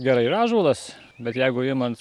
gerai ir ąžuolas bet jeigu imant